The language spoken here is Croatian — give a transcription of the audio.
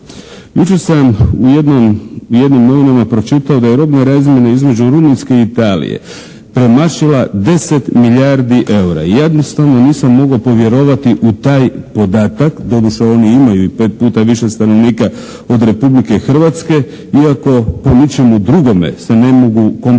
Jučer sam u jednim novinama pročitao da je robna razmjena između Rumunjske i Italije premašila 10 milijardi eura. Jednostavno nisam mogao povjerovati u taj podatak, doduše oni imaju i 5 puta više stanovnika od Republike Hrvatske, iako po ničemu drugome se ne mogu komparirati